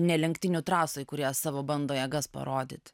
ne lenktynių trasoj kurie savo bando jėgas parodyt